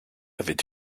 avait